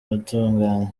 batugannye